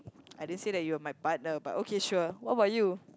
I didn't say that you are my partner but okay sure what about you